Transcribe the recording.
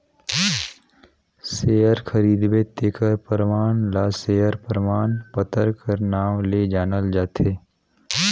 share खरीदबे तेखर परमान ल सेयर परमान पतर कर नांव ले जानल जाथे